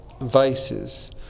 vices